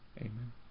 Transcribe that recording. Amen